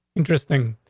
interesting.